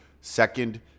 second